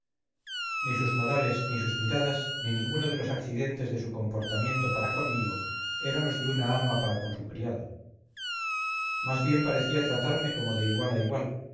ni sus modales ni sus miradas ni ninguno de los accidentes de su comportamiento para conmigo eran los de una ama para con su criado más bien parecía tratarme como de igual a igual